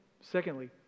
secondly